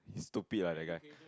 stupid lah that guy